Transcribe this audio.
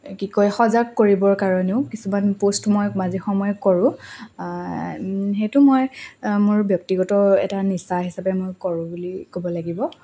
কি কয় সজাগ কৰিবৰ কাৰণেও কিছুমান পোষ্ট মই মাজে সময় কৰোঁ সেইটো মই মোৰ ব্যক্তিগত এটা নিচা হিচাপে মই কৰোঁ বুলি ক'ব লাগিব